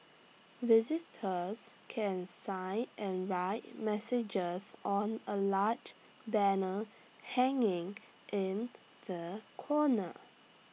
visitors can sign and write messages on A large banner hanging in the corner